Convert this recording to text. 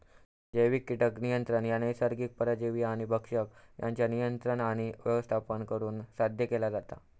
जैविक कीटक नियंत्रण ह्या नैसर्गिक परजीवी आणि भक्षक यांच्या नियंत्रण आणि व्यवस्थापन करुन साध्य केला जाता